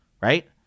right